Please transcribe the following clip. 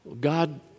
God